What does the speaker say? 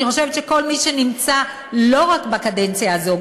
אני חושבת שכל מי שנמצא לא רק בקדנציה הזו,